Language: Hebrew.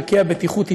מעקה הבטיחות התפרק,